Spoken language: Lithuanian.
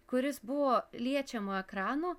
kuris buvo liečiamo ekrano